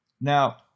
Now